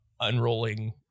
unrolling